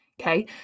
Okay